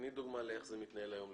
תני דוגמה לאיך זה מתנהל היום.